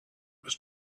was